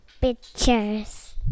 pictures